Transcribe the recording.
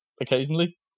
Occasionally